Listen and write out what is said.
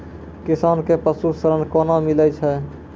किसान कऽ पसु ऋण कोना मिलै छै?